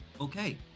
Okay